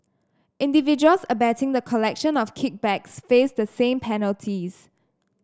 individuals abetting the collection of kickbacks face the same penalties